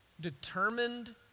determined